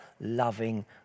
loving